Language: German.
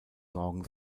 sorgen